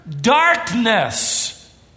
darkness